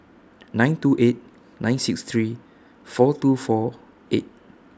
nine two eight nine six three four two four eight